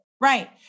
Right